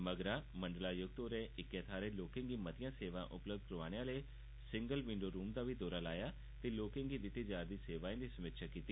मगरा मंडलायुक्त होरें इक्कै थाह्रै लोकें गी मतिआं सेवां उपलब्ध करोआने आह्ले सिगल विंडो रूम दा दौरा लाया ते लोकें गी दित्ती जा'रदी सेवाएं दी समीक्षा कीती